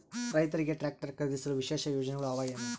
ರೈತರಿಗೆ ಟ್ರಾಕ್ಟರ್ ಖರೇದಿಸಲು ವಿಶೇಷ ಯೋಜನೆಗಳು ಅವ ಏನು?